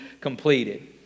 completed